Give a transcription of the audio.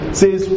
says